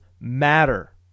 matter